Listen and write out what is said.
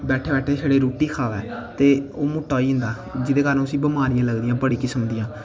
बैठे बैठे दे छड़ा रुट्टी खावै ते ओह् मुट्टा होई जंदा ते जेह्दे कारण उसी बमारियां लगदियां केईं किस्म दियां